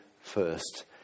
first